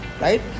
right